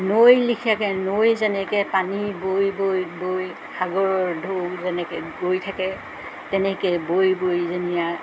নৈ লেখীয়াকৈ নৈ যেনেকৈ পানী বৈ বৈ বৈ সাগৰৰ ঢৌ যেনেকৈ গৈ থাকে তেনেকৈ বৈ বৈ যেনিয়া